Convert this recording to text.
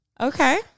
okay